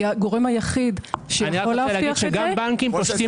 כי הגורם היחיד שיכול להבטיח את זה, זה הבנקים.